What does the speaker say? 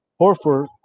Horford